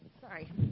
Sorry